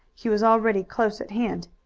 he was already close at hand.